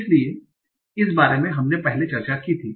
इसलिए इस बारे में हमने पहले चर्चा की थी